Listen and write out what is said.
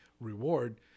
reward